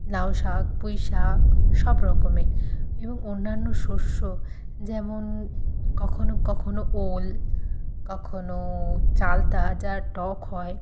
লাউ শাক পুঁই শাক সব রকমের এবং অন্যান্য শস্য যেমন কখনো কখনো ওল কখনো চালতা যা টক হয়